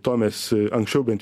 to mes anksčiau bent